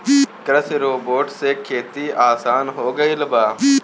कृषि रोबोट से खेती आसान हो गइल बा